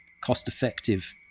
cost-effective